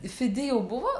fidi jau buvo